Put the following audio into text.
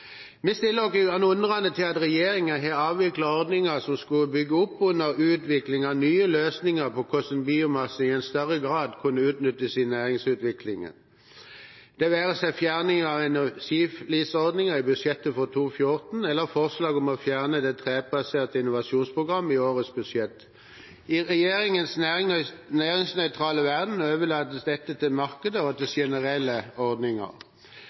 Vi stiller oss undrende til at regjeringen har avviklet ordninger som skulle bygge opp under utvikling av nye løsninger for hvordan biomasse i større grad kunne utnyttes i næringsutviklingen, det være seg fjerning av energiflisordningen i budsjettet for 2014 eller forslaget om å fjerne det trebaserte innovasjonsprogrammet i årets budsjett. I regjeringens næringsnøytrale verden overlates dette til markedet og til generelle ordninger.